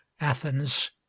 Athens